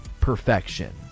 perfection